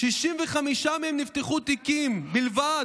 ל-65 מהם נפתחו תיקים בלבד.